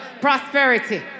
Prosperity